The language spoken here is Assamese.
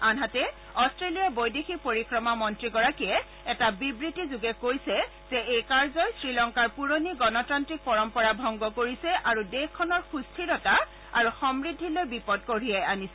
আনহাতে অট্টেলিয়াৰ বৈদেশিক পৰিক্ৰমা মন্ত্ৰী গৰাকীয়ে এটা বিবৃতিযোগে কৈছে যে এই কাৰ্যই শ্ৰীলংকাৰ পুৰণি গণতাল্ৰিক পৰম্পৰা ভংগ কৰিছে আৰু দেশখনৰ সুস্থিৰতা আৰু সমূদ্ধিলৈ বিপদ কঢ়িয়াই আনিছে